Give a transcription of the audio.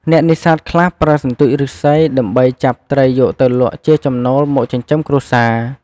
អ្នកនេសាទខ្លះប្រើសន្ទូចឬស្សី ដើម្បីចាប់ត្រីយកទៅលក់ជាចំណូលមកចិញ្ចឹមគ្រួសារ។